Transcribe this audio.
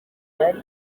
yari